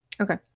Okay